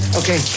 okay